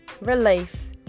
relief